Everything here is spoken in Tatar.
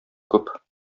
күп